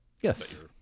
Yes